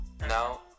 now